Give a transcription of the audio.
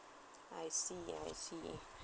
I see I see